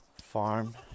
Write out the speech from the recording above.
farm